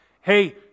Hey